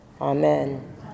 Amen